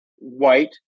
white